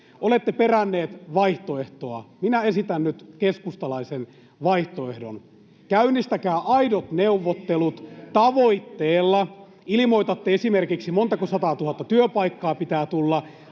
Olette perännyt vaihtoehtoa. Minä esitän nyt keskustalaisen vaihtoehdon. Käynnistäkää aidot neuvottelut tavoitteella. [Jani Mäkelä: Ei tätä!] Ilmoitatte esimerkiksi, montako sataatuhatta työpaikkaa pitää tulla.